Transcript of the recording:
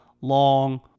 long